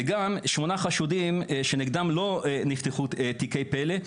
וגם שמונה חשודים שנגדם לא נפתחו תיקי פלא,